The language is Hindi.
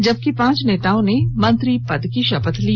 जबकि पांच नेताओं ने मंत्री पद की शपथ ली